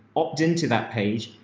opt into that page.